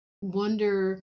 wonder